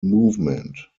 movement